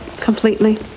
Completely